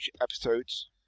episodes